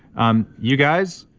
um you guys,